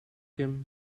him